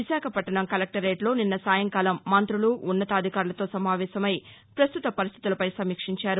విశాఖపట్టణం కలెక్టరేట్లో నిస్న సాయంకాలం మంతులు ఉన్నతాధికారులతో సమావేశమై పస్తుత పరిస్థితులపై సమీక్షించారు